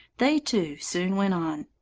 they, too, soon went on.